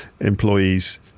employees